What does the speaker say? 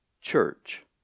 church